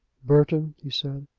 burton, he said,